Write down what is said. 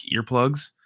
earplugs